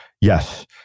yes